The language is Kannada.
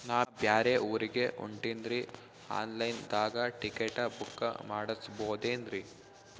ನಾ ಬ್ಯಾರೆ ಊರಿಗೆ ಹೊಂಟಿನ್ರಿ ಆನ್ ಲೈನ್ ದಾಗ ಟಿಕೆಟ ಬುಕ್ಕ ಮಾಡಸ್ಬೋದೇನ್ರಿ?